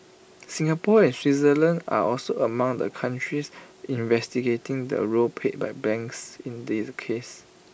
Singapore and Switzerland are also among the countries investigating the roles paid by banks in this case